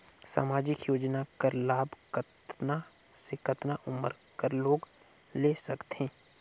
समाजिक योजना कर लाभ कतना से कतना उमर कर लोग ले सकथे?